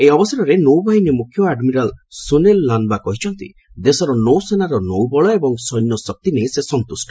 ଏହି ଅବସରରେ ନୌବାହିନୀ ମୁଖ୍ୟ ଆଡମିରାଲ ସୁନୀଲ ଲାନ୍ବା କହିଛନ୍ତି ଦେଶର ନୌସେନାର ନୌବଳ ଓ ସୈନ୍ୟଶକ୍ତି ନେଇ ସେ ସନ୍ତୁଷ୍ଟ